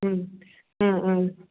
ம் ம் ம்